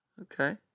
Okay